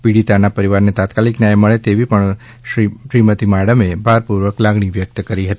પીડીતાના પરિવારને તાત્કાલિક ન્યાન મળે તેવી પણ પુનમબેન માડમે ભારપૂર્વક લાગણી વ્યકત કરી છે